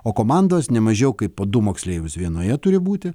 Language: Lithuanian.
o komandos nemažiau kaip po du moksleivius vienoje turi būti